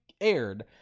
aired